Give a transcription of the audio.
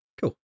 Cool